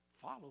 follow